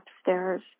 upstairs